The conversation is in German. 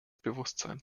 bewusstsein